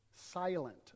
silent